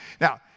now